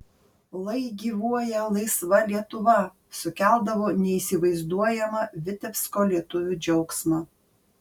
lai gyvuoja laisva lietuva sukeldavo neįsivaizduojamą vitebsko lietuvių džiaugsmą